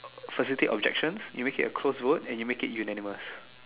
facilitate objections you make it a close vote and you make it unanimous